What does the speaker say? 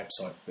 website